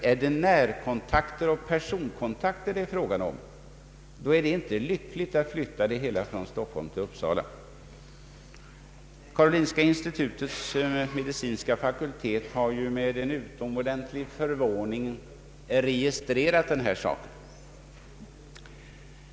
Är det fråga om närkontakter och personkontakter, är det inte lämpligt att flytta avdelningen från Stockholm till Uppsala. Karolinska institutets medicinska fakultet har ju med en utomordentligt stor förvåning registrerat detta.